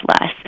less